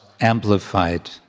amplified